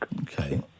Okay